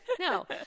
no